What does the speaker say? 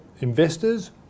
investors